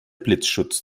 blitzschutz